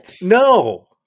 No